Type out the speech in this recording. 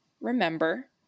remember